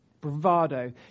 Bravado